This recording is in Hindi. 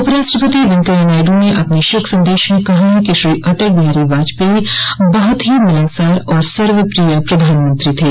उपराष्ट्रपति वेंकैया नायडू ने अपने शोक संदेश में कहा है कि श्री अटल बिहारी वाजपेयी बहुत हो मिलनसार और सर्वप्रिय प्रधानमंत्री थे